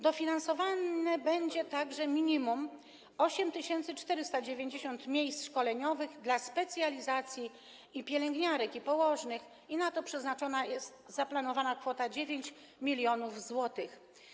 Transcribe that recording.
Dofinansowanych będzie także minimum 8490 miejsc szkoleniowych dla specjalizacji pielęgniarek i położnych, i na to przeznaczona jest kwota 9 mln zł.